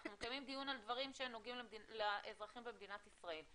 אנחנו מקיימים דיון על דברים שנוגעים לאזרחים במדינת ישראל.